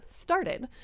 started